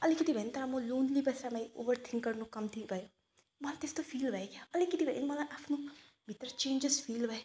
अलिकति भए पनि तर म लोन्ली भएसम्मै ओभर थिङ्क गर्नु कम्ती भयो मलाई त्यस्तो फिल भयो क्या हो अलिकति भएम मलाई आफ्नो भित्र चेन्जेस फिल भयो